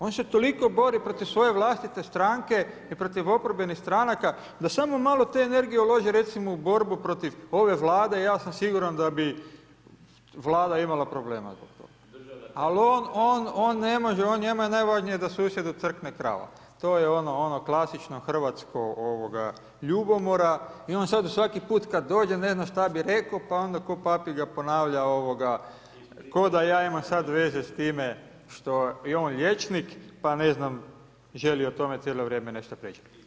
On se toliko bori protiv svoje vlastite stranke i protiv oporbenih stranaka, da samo malo te energije uloži recimo u borbu protiv ove Vlade, ja sam siguran da bi Vlada imala problema zbog toga, ali on ne može, njemu je najvažnije da susjednu crkne krava, to je ono klasično hrvatsko, ljubomora, i on sad svaki put kad dođe ne zna šta bi rekao pa onda k'o papiga ponavlja, k'o da ja imam veze s time što je on liječnik pa ne znam, želi o tome cijelo vrijeme nešto pričati.